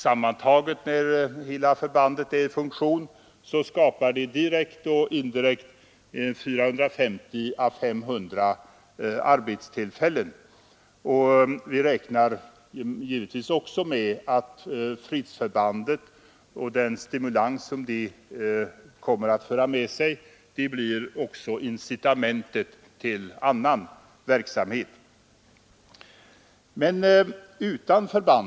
Man räknar med att hela förbandet, när det är i funktion, skapar mellan 450 och 500 arbetstillfällen direkt och indirekt. Vi räknar givetvis också med att ett fredsförband, genom den stimulans det kommer att ge, blir incitamentet till annan verksamhet.